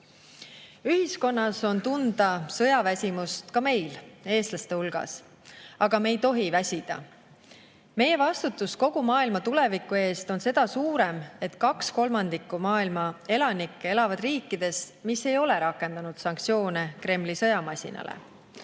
Ühiskonnas on tunda sõjaväsimust ka meil, eestlaste hulgas. Aga me ei tohi väsida. Meie vastutus kogu maailma tuleviku eest on seda suurem, et kaks kolmandikku maailma elanikke elavad riikides, mis ei ole rakendanud sanktsioone Kremli sõjamasinale.